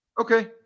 okay